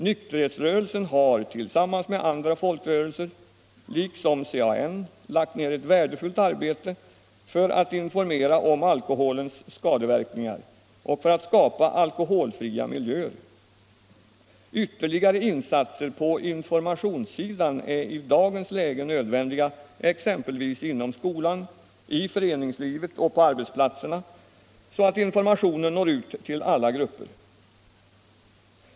Nykterhetsrörelsen har tillsammans med andra folkrörelser, liksom CAN lagt ned ett värdefullt arbete för att informera om alkoholens skadeverkningar och för att skapa alkoholfria miljöer. Ytterligare insatser på informationssidan är i dagens läge nödvändiga, exempelvis inom skolan, i föreningslivet och på arbetsplatserna, så att informationen når ut till alla grupper.